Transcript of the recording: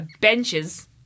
Benches